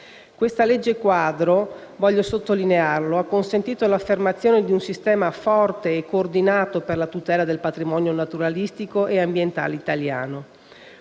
Questa legge quadro - voglio ricordarlo - ha consentito l'affermazione di un sistema forte e coordinato per la tutela del patrimonio naturalistico e ambientale italiano.